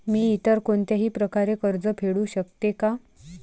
मी इतर कोणत्याही प्रकारे कर्ज फेडू शकते का?